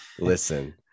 listen